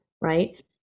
right